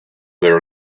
there